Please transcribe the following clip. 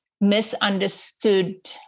misunderstood